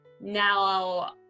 Now